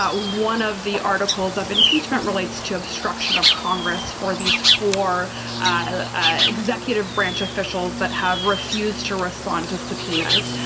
ah one of the articles of impeachment relates to obstruction of congress for these for ah executive branch officials that have refused to respond to subpoenas.